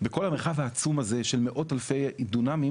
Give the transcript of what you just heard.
בכל המרחב העצום הזה של מאות אלפי דונמים